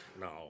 no